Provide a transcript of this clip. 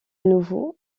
nouveau